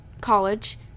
college